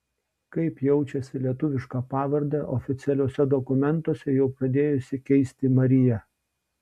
kaip jaučiasi lietuvišką pavardę oficialiuose dokumentuose jau pradėjusi keisti marija